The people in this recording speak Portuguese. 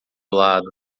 lado